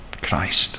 Christ